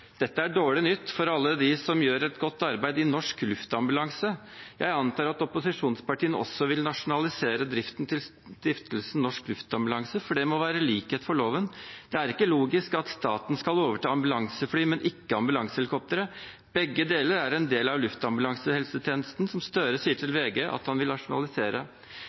Dette er dårlig nytt for alle dem som gjør et godt arbeid i Norsk Luftambulanse. Jeg antar at opposisjonspartiene også vil nasjonalisere driften til stiftelsen Norsk Luftambulanse, for det må være likhet for loven. Det er ikke logisk at staten skal overta ambulansefly, men ikke ambulansehelikoptre. Begge deler er en del av luftambulansehelsetjenesten, som Gahr Støre til VG sier han vil nasjonalisere.